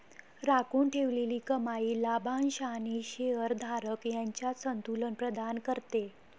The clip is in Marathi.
राखून ठेवलेली कमाई लाभांश आणि शेअर धारक यांच्यात संतुलन प्रदान करते